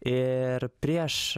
ir prieš